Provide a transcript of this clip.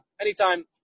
anytime